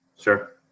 Sure